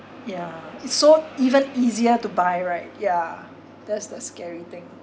ya so even easier to buy right ya that's the scary thing